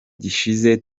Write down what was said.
gishize